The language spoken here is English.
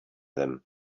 them